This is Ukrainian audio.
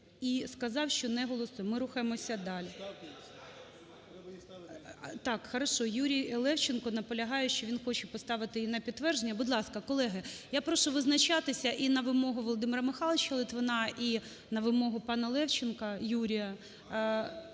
і сказав, що не голосуємо. Ми рухаємося далі. Добре, Юрій Левченко наполягає, що він хоче поставити її на підтвердження. Будь ласка, колеги, я прошу визначатися і на вимогу Володимира Михайловича Литвина, і на вимогу пана Левченка Юрія,